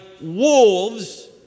wolves